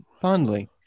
fondly